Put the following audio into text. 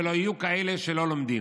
ולא יהיו כאלה שלא לומדים,